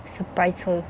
surprise her